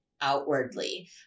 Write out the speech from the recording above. outwardly